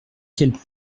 quelle